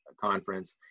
conference